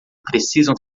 precisam